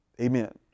Amen